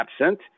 absent